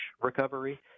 recovery